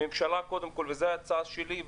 זו ההצעה שלי,